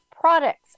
Products